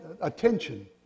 attention